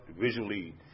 visually